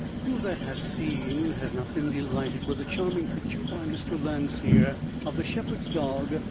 who that has seen has not been delighted with the charming picture by mr. landseer of the shepherd's dog,